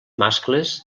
mascles